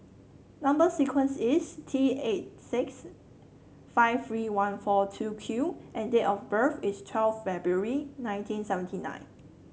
number sequence is T eight six five three one four two Q and date of birth is twelve February nineteen seventy nine